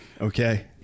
Okay